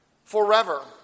forever